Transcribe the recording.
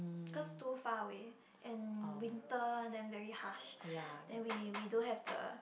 cause too far away and winter then very harsh then we we don't have the